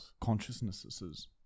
consciousnesses